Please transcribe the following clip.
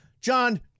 John